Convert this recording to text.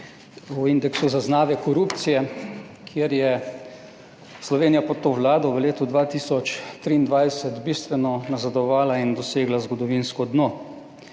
o indeksu zaznave korupcije, kjer je Slovenija pod to Vlado v letu 2023 bistveno nazadovala in dosegla zgodovinsko dno.